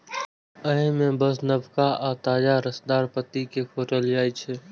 अय मे बस नवका आ ताजा रसदार पत्ती कें खोंटल जाइ छै